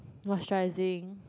moisturising